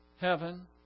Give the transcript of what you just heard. heaven